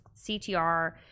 CTR